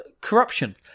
Corruption